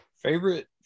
Favorite